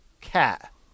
cat